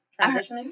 Transitioning